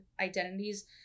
identities